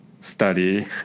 study